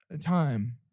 time